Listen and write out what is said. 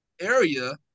area